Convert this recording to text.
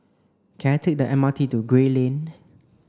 can I take the M R T to Gray Lane